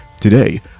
today